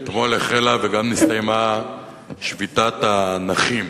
אתמול החלה וגם נסתיימה שביתת הנכים.